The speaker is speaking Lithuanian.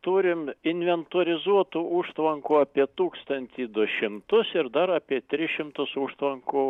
turim inventorizuotų užtvankų apie tūkstantį du šimtus ir dar apie tris šimtus užtvankų